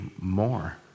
more